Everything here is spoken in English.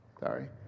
Sorry